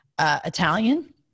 Italian